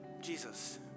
Jesus